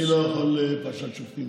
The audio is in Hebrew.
אני לא יכול על פרשת שופטים.